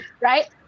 right